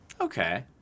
Okay